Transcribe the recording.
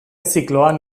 zikloan